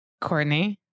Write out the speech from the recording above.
Courtney